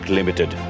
Limited